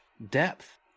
depth